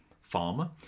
farmer